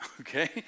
okay